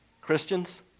Christians